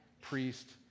priest